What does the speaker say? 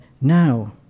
now